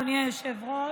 אדוני היושב-ראש,